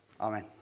Amen